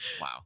Wow